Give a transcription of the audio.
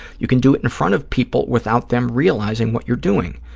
you can do it in front of people without them realizing what you're doing.